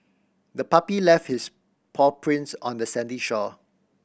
the puppy left its paw prints on the sandy shore